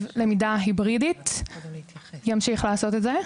למידה היברידית ימשיך לעשות את זה,